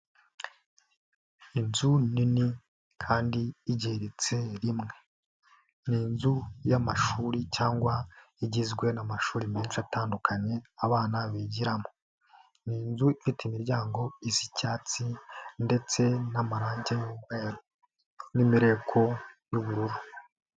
Inzu nini kandi ingereritse rimwe. Ni inzu y'amashuri cyangwa igizwe n'amashuri menshi atandukanye, abana bigiramo. Ni inzu ifite imiryango isa icyatsi ndetse n'amarange y'umweru n'imireko y'ubururu.